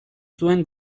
zuen